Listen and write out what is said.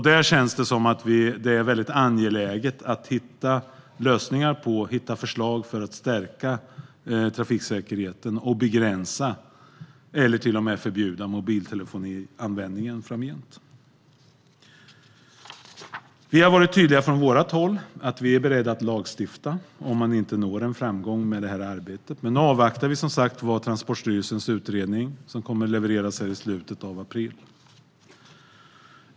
Det känns som att det är mycket angeläget att hitta förslag för att stärka trafiksäkerheten och begränsa eller till och med förbjuda mobiltelefonanvändningen framgent. Vi har varit tydliga från vårt håll med att vi är beredda att lagstifta om man inte når framgång med det här arbetet. Men nu avvaktar vi som sagt Transportstyrelsens utredning, som kommer att levereras i slutet av april.